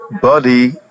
body